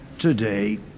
today